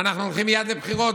אנחנו הולכים מייד לבחירות.